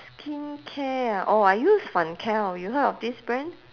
skincare ah orh I use fancl you heard of this brand